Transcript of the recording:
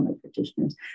practitioners